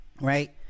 right